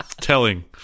Telling